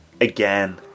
again